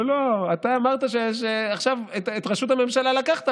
לא, לא, אתה אמרת שאת ראשות הממשלה לקחת.